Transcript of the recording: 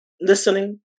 listening